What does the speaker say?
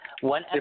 One